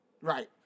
Right